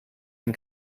den